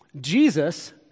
Jesus